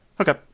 Okay